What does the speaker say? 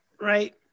Right